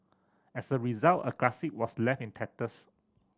as a result a classic was left in tatters